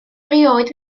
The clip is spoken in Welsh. erioed